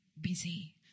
busy